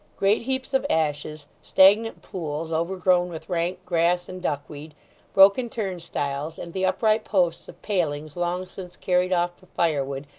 great heaps of ashes stagnant pools, overgrown with rank grass and duckweed broken turnstiles and the upright posts of palings long since carried off for firewood,